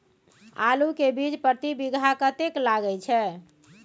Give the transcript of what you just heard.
आलू के बीज प्रति बीघा कतेक लागय छै?